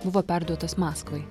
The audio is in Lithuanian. buvo perduotas maskvai